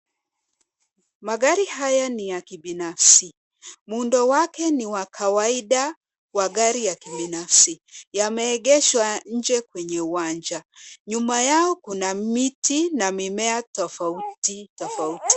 Magari haya ni ya kibinafsi. Muundo wake ni wa kawaida, wa gari ya kibinafsi. Yameegeshwa nje kwenye uwanja. Nyuma yao kuna miti na mimea tofauti tofauti.